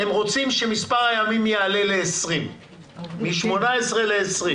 הם רוצים שמספר הימים יעלה מ-18 ל-20.